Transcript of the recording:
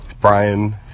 Brian